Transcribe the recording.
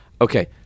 Okay